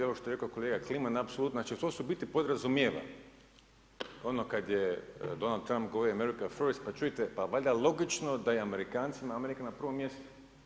Kao što je rekao kolega Kliman apsolutno će, to su u biti podrazumijeva, ono kad je Donald Trump govorio „America first“, pa čujte, pa valjda logično da je Amerikancima, Amerika na prvom mjestu.